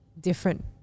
different